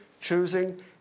choosing